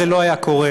זה לא היה קורה.